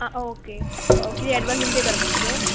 आ okay किदें advance बीन तें करपाचें